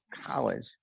college